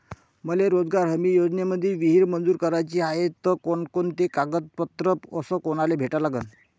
मले रोजगार हमी योजनेमंदी विहीर मंजूर कराची हाये त कोनकोनते कागदपत्र अस कोनाले भेटा लागन?